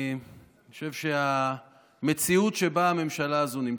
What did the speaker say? אני חושב, המציאות שבה הממשלה הזו נמצאת.